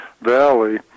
Valley